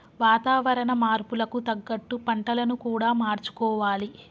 వాతావరణ మార్పులకు తగ్గట్టు పంటలను కూడా మార్చుకోవాలి